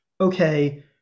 okay